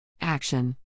Action